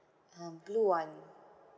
um blue one